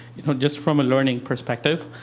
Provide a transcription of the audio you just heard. just from a learning perspective,